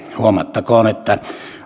huomattakoon että